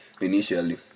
initially